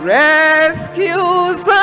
rescues